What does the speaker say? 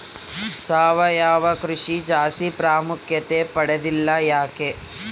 ಸಾವಯವ ಕೃಷಿ ಜಾಸ್ತಿ ಪ್ರಾಮುಖ್ಯತೆ ಪಡೆದಿಲ್ಲ ಯಾಕೆ?